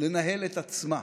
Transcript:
לנהל את עצמה.